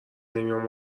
نمیام